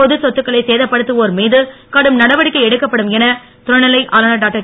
பொது சொத்துக்களை சேதப்படுத்துவோர் மீது கடும் நடவடிக்கை எடுக்கப்படும் என துணைநிலை ஆளுநர் டாக்டர்